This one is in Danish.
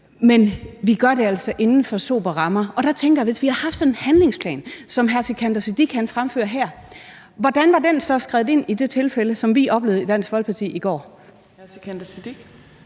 men vi gør det altså inden for sobre rammer, og der tænker jeg: Hvis vi havde haft sådan en handlingsplan, som hr. Sikandar Siddique fremfører her, hvordan var man så skredet ind i det tilfælde, som vi oplevede i Dansk Folkeparti i går?